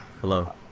Hello